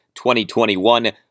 2021